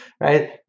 Right